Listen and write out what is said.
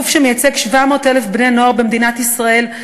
הגוף שמייצג 700,000 בני-נוער במדינת ישראל,